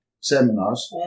seminars